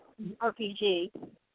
RPG